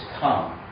come